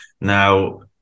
now